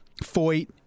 Foyt